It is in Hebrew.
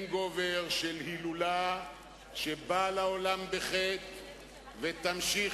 הנגאובר של הילולה שבאה לעולם בחטא ותמשיך